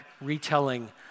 retelling